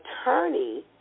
attorney